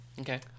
Okay